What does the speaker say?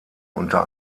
unter